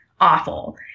awful